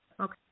Okay